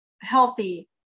healthy